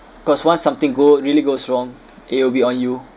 because once something go really goes wrong it'll be on you